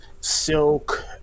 Silk